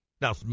Now